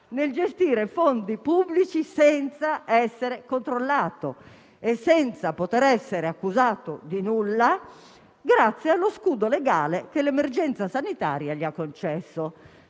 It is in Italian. nel gestire fondi pubblici senza essere controllato e senza poter essere accusato di alcunché grazie allo scudo legale che l'emergenza sanitaria gli ha concesso.